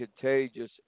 contagious